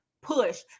push